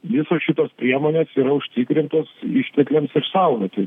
visos šitos priemonės yra užtikrintos ištekliams išsaugoti